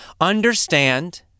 understand